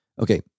okay